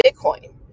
Bitcoin